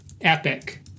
epic